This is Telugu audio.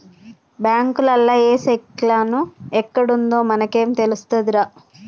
బాంకులల్ల ఏ సెక్షను ఎక్కడుందో మనకేం తెలుస్తదిరా